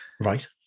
Right